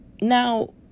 Now